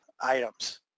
items